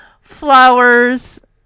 flowers